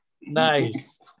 nice